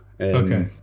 okay